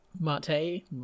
mate